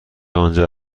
آنجا